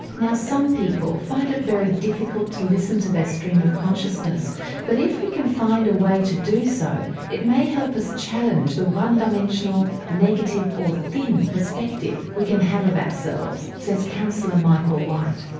now some people find it very difficult to listen to their stream of consciousness but if we can find a way to do so it may help us challenge the one-dimensional negative or thin perspective we can have of ourselves, says counsellor michael white,